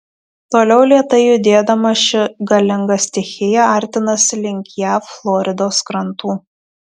toliau lėtai judėdama ši galinga stichija artinasi link jav floridos krantų